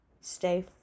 Stay